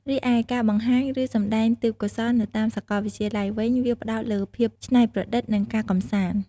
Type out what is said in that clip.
រីឯការបង្ហាញ ឬ សម្ដែងទេពកោសល្យនៅតាមសកលវិទ្យាល័យវិញ វាផ្តោតលើភាពច្នៃប្រឌិត និងការកំសាន្ត។